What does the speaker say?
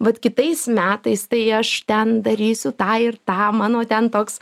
vat kitais metais tai aš ten darysiu tą ir tą mano ten toks